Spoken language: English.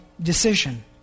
decision